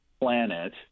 planet